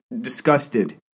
disgusted